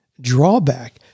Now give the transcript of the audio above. drawback